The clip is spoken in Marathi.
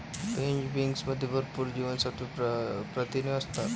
फ्रेंच बीन्समध्ये भरपूर जीवनसत्त्वे, प्रथिने असतात